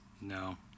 No